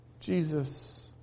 Jesus